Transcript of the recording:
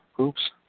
oops